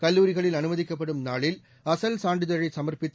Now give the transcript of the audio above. கல்லூரிகளில் அனுமதிக்கப்படும் நாளில் அசல் சான்றிதழை சமர்ப்பித்து